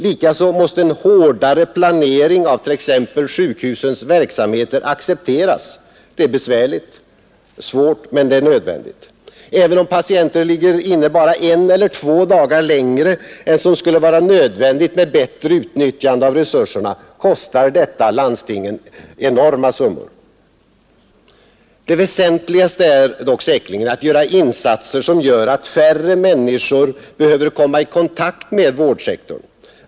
Likaså måste en hårdare planering av t.ex. sjukhusens verksamheter accepteras. Det är svårt men nödvändigt. Även om patienter ligger inne bara en eller två dagar längre än vad som skulle vara nödvändigt med bättre utnyttjande av resurserna kostar detta landstingen enorma summor. Det väsentligaste är dock säkerligen att göra insatser, som medför att färre människor behöver komma i kontakt med vårdsektorn.